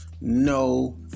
No